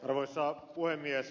arvoisa puhemies